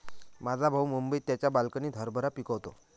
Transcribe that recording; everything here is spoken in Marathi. माझा भाऊ मुंबईत त्याच्या बाल्कनीत हरभरा पिकवतो